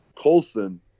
Colson